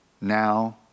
now